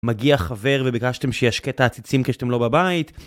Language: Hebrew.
מגיע חבר ובקשתם שישקה את העציצים כשאתם לא בבית.